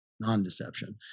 non-deception